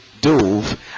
dove